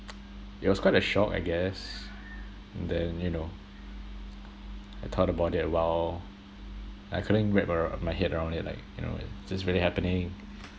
it was quite a shock I guess then you know I thought about it a while I couldn't wrap ar~ my head around it like you know is this really happening